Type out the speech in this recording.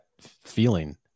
feeling